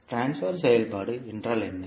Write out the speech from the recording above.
transfer செயல்பாடு என்றால் என்ன